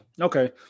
Okay